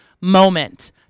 moment